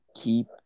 keep